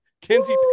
kenzie